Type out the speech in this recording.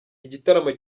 igitaramo